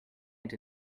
into